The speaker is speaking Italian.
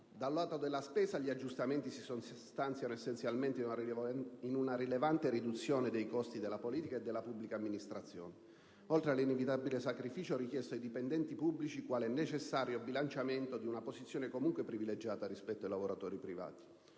Dal lato della spesa, gli aggiustamenti si sostanziano essenzialmente in una rilevante riduzione dei costi della politica e della pubblica amministrazione, oltre all'inevitabile sacrificio richiesto ai dipendenti pubblici, quale necessario bilanciamento di una posizione comunque privilegiata rispetto ai lavoratori privati.